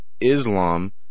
Islam